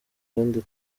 kandi